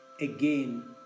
again